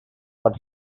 but